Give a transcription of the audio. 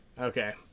Okay